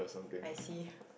I see